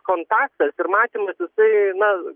kontaktas ir matymas jisai na